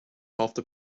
after